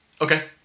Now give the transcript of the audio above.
Okay